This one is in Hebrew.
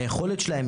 היכולת שלהם,